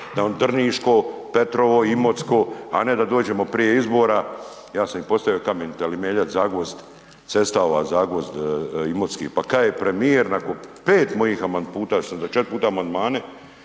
da nam Drniško, Petrovo, Imotsko, a ne da dođemo prije izbora, ja sam im postavio kamen temeljac Zagvozd, cesta ova Zagvozd – Imotski, pa kad je premijer nakon 5 mojih puta, što sam 4 puta amandmane,